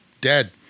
dead